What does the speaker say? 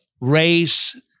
race